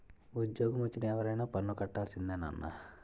ఉజ్జోగమొచ్చిన ఎవరైనా పన్ను కట్టాల్సిందే నాన్నా